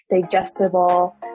digestible